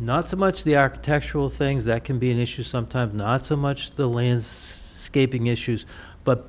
not so much the architectural things that can be an issue sometimes not so much the land is gaping issues but